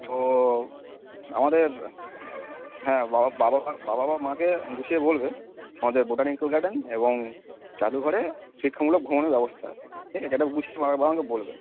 থো আমাদের হ্যাঁ বাবা বাবা বা বাবা বা মাকে গুছিয়ে বলবে আমাদের বোটানিক্যাল গার্ডেন এবং জাদুঘরে শিক্ষামূলক ভ্রমণের ব্যবস্থা আছে ঠিক আছে এটা গুছিয়ে বাবা মাকে বলবে